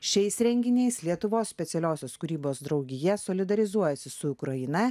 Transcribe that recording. šiais renginiais lietuvos specialiosios kūrybos draugija solidarizuojasi su ukraina